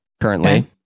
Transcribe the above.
currently